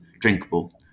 drinkable